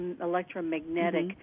electromagnetic